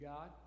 God